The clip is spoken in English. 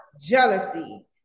jealousy